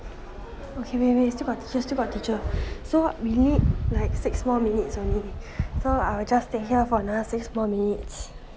okay wait wait still got teacher still got teacher so what we need like six more minutes only so I will just stay here for another six minutes